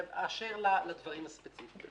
באשר לדברים הספציפיים